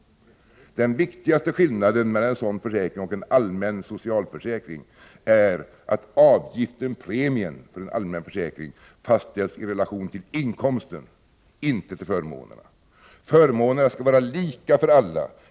Den viktigaste skillnaden mellan en sådan och en allmän socialförsäkring är att premien för den allmänna försäkringen fastställs i relation till inkomsten, inte till förmånerna. Förmånerna skall vara lika för alla.